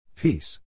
Peace